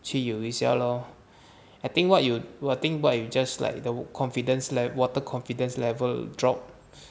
去游一下 lor I think what you I think what you just slightly lower the confidence like water confidence level drop